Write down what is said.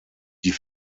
die